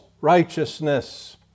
righteousness